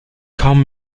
kaum